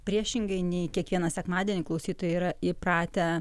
priešingai nei kiekvieną sekmadienį klausytojai yra įpratę